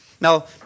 Now